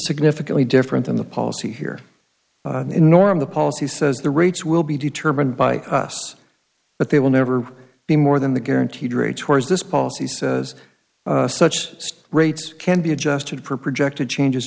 significantly different than the policy here in norm the policy says the rates will be determined by us but they will never be more than the guaranteed rate towards this policy says such rates can be adjusted projected changes